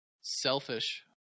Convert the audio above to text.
selfish